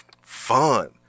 fun